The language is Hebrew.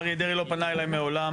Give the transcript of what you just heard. אריה דרעי לא פנה אליי מעולם.